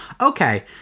okay